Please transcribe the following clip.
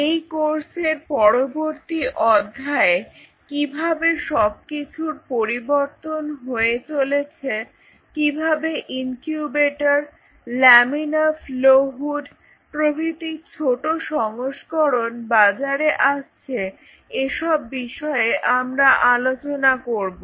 এই কোর্সের পরবর্তী অধ্যায়ে কিভাবে সবকিছুর পরিবর্তন হয়ে চলেছে কিভাবে ইনকিউবেটর ল্যামিনার ফ্লও হুড প্রভৃতির ছোট সংস্করণ বাজারে আসছে এসব বিষয়ে আমরা আলোচনা করব